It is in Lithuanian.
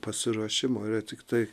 pasiruošimo yra tiktai